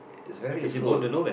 is very useful